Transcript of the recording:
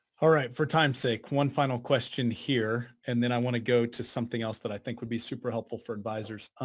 alright. for time's sake, one final question here, and then i want to go to something else that i think would be super helpful for advisors.